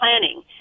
planning